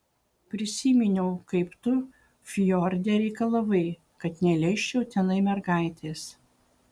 prisiminiau kaip tu fjorde reikalavai kad neleisčiau tenai mergaitės